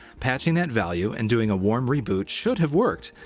patching that value and doing a warm reboot should have worked,